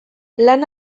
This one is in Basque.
lan